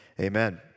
amen